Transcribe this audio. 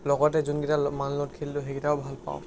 লগতে যোনকেইটা মানুহৰ লগত খেলিলোঁ সেইকেইটাও ভাল পাওঁ